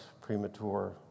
premature